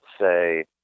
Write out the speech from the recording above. say